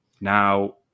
Now